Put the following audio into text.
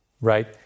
right